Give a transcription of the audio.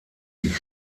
sich